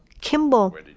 Kimball